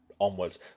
onwards